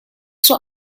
zur